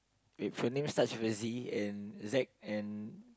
if your name starts with a Z and Z and